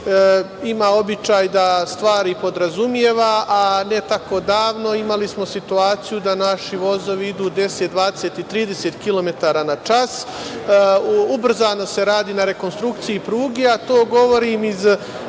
ima običaj da stvari podrazumeva, a ne tako davno imali smo situaciju da naši vozovi idu 10, 20 i 30 km na čas. Ubrzano se radi na rekonstrukciji pruge, a to govorim iz